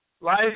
Life